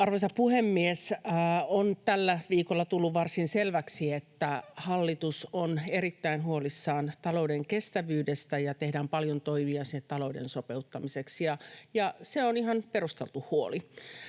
Arvoisa puhemies! On tällä viikolla tullut varsin selväksi, että hallitus on erittäin huolissaan talouden kestävyydestä ja tehdään paljon toimia talouden sopeuttamiseksi. Se on ihan perusteltu huoli.